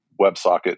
WebSocket